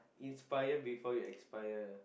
inspire before you expire